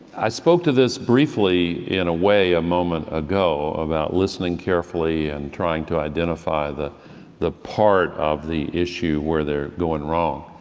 i spoke to this briefly in a way a moment ago about listening carefully and trying to identify the the part of the issue where they are going wrong.